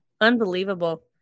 Unbelievable